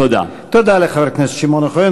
תודה לחבר הכנסת שמעון אוחיון.